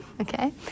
Okay